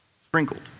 Sprinkled